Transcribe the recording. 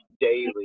daily